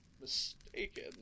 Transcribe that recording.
mistaken